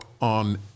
on